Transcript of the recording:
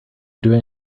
doing